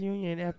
Union